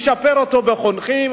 ישפר אותו בחונכים,